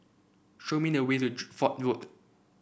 show me the way to Fort Road